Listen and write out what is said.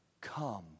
come